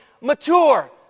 mature